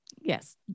Yes